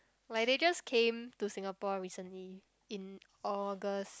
like they just came to Singapore recently in August